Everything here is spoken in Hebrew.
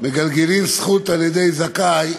מגלגלים זכות על-ידי זכאי,